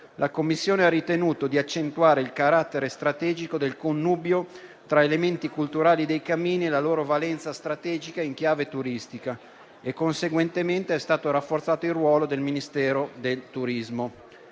la Commissione ha ritenuto di accentuare il carattere strategico del connubio tra gli elementi culturali dei cammini e la loro valenza strategica in chiave turistica e, conseguentemente, è stato rafforzato il ruolo del Ministero del turismo.